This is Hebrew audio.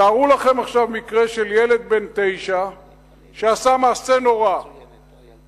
תארו לכם עכשיו מקרה של ילד בן תשע שעשה מעשה נורא והואשם.